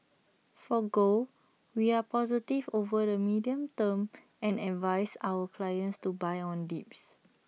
for gold we are positive over the medium term and advise our clients to buy on dips